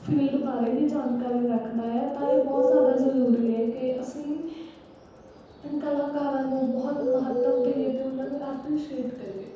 field ਬਾਰੇ ਹੀ ਜਾਣਕਾਰੀ ਰੱਖਦਾ ਆ ਤਾਂ ਇਹ ਬਹੁਤ ਜ਼ਿਆਦਾ ਜ਼ਰੂਰੀ ਹੈ ਕਿ ਅਸੀਂ ਕਲਾਕਾਰਾਂ ਨੂੰ ਬਹੁਤ ਮਹੱਤਵ ਦਈਏ ਅਤੇ ਉਹਨਾਂ ਨੂੰ ਐਪਰੀਸ਼ੀਏਟ ਕਰੀਏ